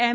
એમ